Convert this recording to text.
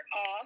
off